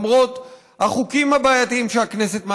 למרות החוקים הבעייתיים שהכנסת מעבירה,